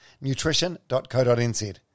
nutrition.co.nz